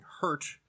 hurt